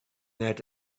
that